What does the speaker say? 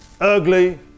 ugly